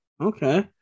okay